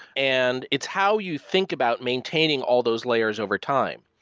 and it's how you think about maintaining all those layers overtime.